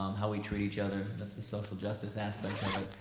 um how we treat each other. that's the social justice aspect of it.